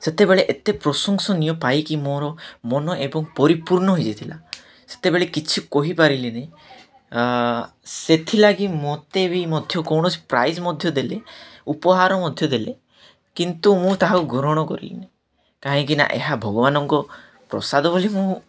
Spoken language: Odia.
ସେତେବେଳେ ଏତେ ପ୍ରଶଂସନୀୟ ପାଇକି ମୋର ମନ ଏବଂ ପରିପୂର୍ଣ୍ଣ ହେଇଯାଇଥିଲା ସେତେବେଳେ କିଛି କହିପାରିଲିିନି ସେଥିଲାଗି ମୋତେ ବି ମଧ୍ୟ କୌଣସି ପ୍ରାଇଜ୍ ମଧ୍ୟ ଦେଲେ ଉପହାର ମଧ୍ୟ ଦେଲେ କିନ୍ତୁ ମୁଁ ତାହାକୁ ଗ୍ରହଣ କଲିିନି କାହିଁକିନା ଏହା ଭଗବାନଙ୍କ ପ୍ରସାଦ ବୋଲି ମୁଁ